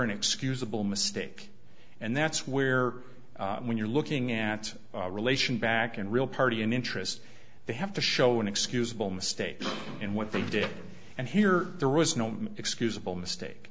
an excusable mistake and that's where when you're looking at relation back and real party in interest they have to show an excusable mistake in what they did and here there was no excusable mistake